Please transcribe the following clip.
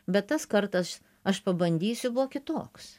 bet tas kartas aš pabandysiu buvo kitoks